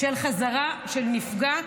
של חזרה של אותו אדם,